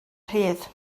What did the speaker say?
rhydd